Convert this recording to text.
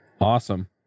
Awesome